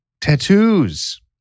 Tattoos